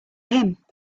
him